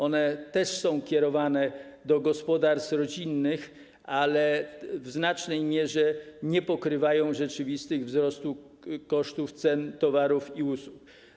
One też są kierowane do gospodarstw rodzinnych, ale w znacznej mierze nie pokrywają rzeczywistych wzrostów kosztów, cen towarów i usług.